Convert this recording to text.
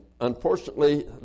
unfortunately